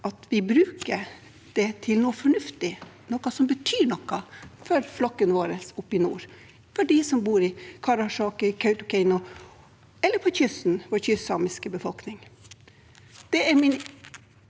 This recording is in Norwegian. at vi bruker det til noe fornuftig, noe som betyr noe for flokken vår oppe i nord, de som bor i Karasjok, Kautokeino eller på kysten – vår kystsamiske befolkning.